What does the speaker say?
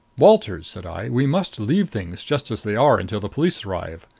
walters, said i, we must leave things just as they are until the police arrive.